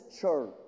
church